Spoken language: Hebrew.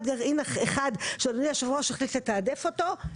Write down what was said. גרעין אחר שאדוני יושב הראש החליט לתעדף אותו,